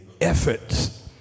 efforts